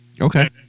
Okay